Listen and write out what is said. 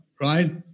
right